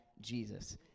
Jesus